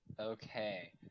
Okay